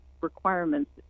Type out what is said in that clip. requirements